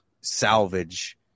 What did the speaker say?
salvage